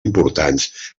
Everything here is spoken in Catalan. importants